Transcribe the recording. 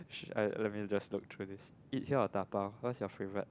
let me just look through this eat here or dabao what is your favourite